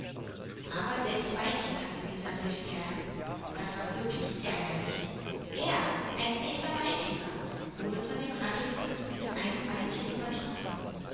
aber sechs beinchen hatte dieser blechkerl das war wirklich ärgerlich er ein echter maikäfer wurde von dem rasselfritzen mit einem beinchen übertroffen